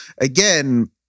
again